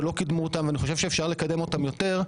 ולא קידמו אותם ואני חושב שאפשר לקדם אותם יותר,